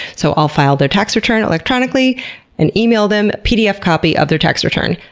so, i'll file their tax return electronically and email them a pdf copy of their tax return.